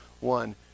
one